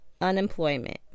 unemployment